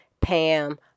Pam